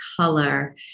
color